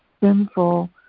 sinful